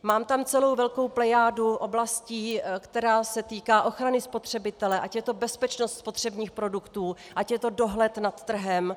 Mám tam celou velkou plejádu oblastí, která se týká ochrany spotřebitele, ať je to bezpečnost spotřebních produktů, ať je to dohled nad trhem.